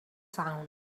sound